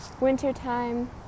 wintertime